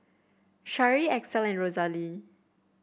Shari Axel Rosalee